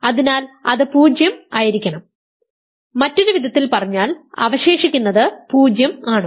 അതിനാൽ അത് 0 ആയിരിക്കണം മറ്റൊരു വിധത്തിൽ പറഞ്ഞാൽ അവശേഷിക്കുന്നത് 0 ആണ്